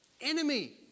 enemy